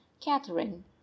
catherine